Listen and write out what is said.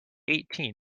eighteen